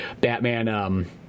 Batman